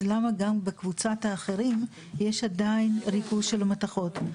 אז למה גם בקבוצת האחרים יש עדיין ריכוז של מתכות,